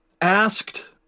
asked